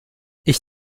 ich